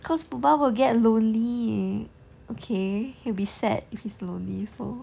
cause boba will get lonely okay he'll be sad if he's lonely so